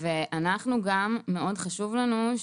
זה מאוד חשוב לנו,